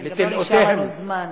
גם לא נשאר לנו זמן.